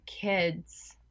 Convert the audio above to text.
kids